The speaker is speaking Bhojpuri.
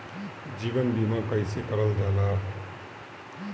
जीवन बीमा कईसे करल जाला?